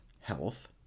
health